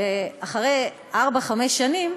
שאחרי ארבע-חמש שנים,